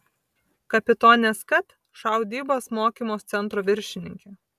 kapitonė skat šaudybos mokymo centro viršininkė